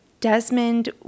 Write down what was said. Desmond